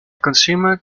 consumer